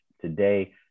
today